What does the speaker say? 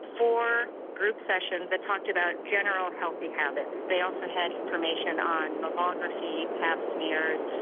four group sessions that talked about general healthy habits, they also had information on mammography, pap smears,